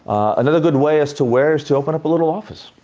another good way, as to where, is to open up a little office,